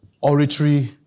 oratory